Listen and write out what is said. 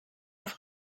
auf